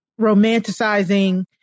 romanticizing